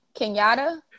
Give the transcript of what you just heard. Kenyatta